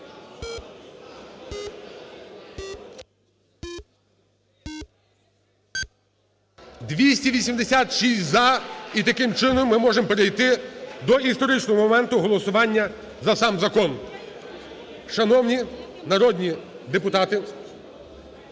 За-286 І таким чином ми можемо перейти до історичного моменту голосування за сам закон. Шановні народні депутати!